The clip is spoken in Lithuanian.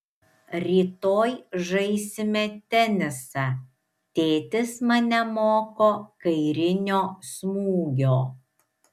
rytoj žaisime tenisą tėtis mane moko kairinio smūgio